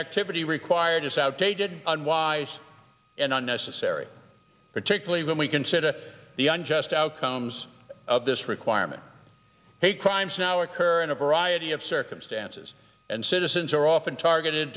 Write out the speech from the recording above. activity required is outdated unwise and unnecessary particularly when we consider the unjust outcomes of this requirement hate crimes now occur in a variety of circumstances and citizens are often targeted